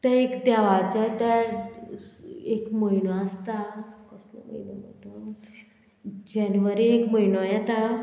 तें एक देवाचे त्या एक म्हयनो आसता कसलो म्हयनो तो जेनवरीन एक म्हयनो येता